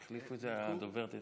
אדוני היושב-ראש,